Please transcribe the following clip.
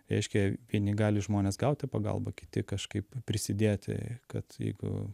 reiškia vieni gali žmonės gaut tą pagalbą kiti kažkaip prisidėti kad jeigu